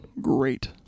great